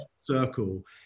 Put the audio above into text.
Circle